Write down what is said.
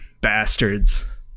Bastards